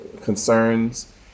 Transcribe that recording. concerns